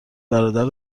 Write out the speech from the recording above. برادر